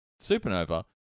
Supernova